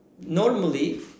normally